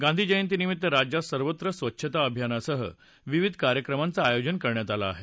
गांधीजयंतीनिमित्त राज्यात सर्वत्र स्वच्छता अभियानासह विविध कार्यक्रमांचं आयोजन करण्यात आलं आहे